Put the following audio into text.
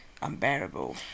unbearable